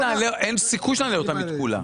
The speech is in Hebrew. אין סיכוי שנעלה אותה אם היא תקולה.